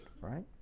right